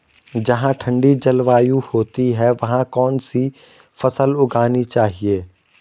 जहाँ ठंडी जलवायु होती है वहाँ कौन सी फसल उगानी चाहिये?